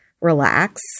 relax